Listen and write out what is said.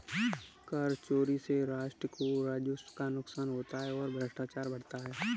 कर चोरी से राष्ट्र को राजस्व का नुकसान होता है और भ्रष्टाचार बढ़ता है